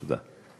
תודה.